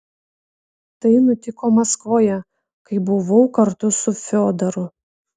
tai nutiko maskvoje kai buvau kartu su fiodoru